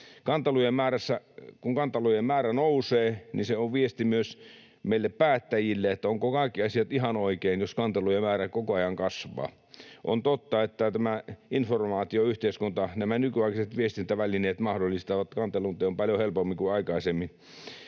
Kun kantelujen määrä nousee, niin se on viesti myös meille päättäjille: onko kaikki asiat ihan oikein, jos kantelujen määrä koko ajan kasvaa. On totta, että tämä informaatioyhteiskunta, nämä nykyaikaiset viestintävälineet, mahdollistavat kantelun teon paljon helpommin kuin aikaisemmin,